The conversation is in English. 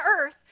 earth